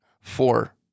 four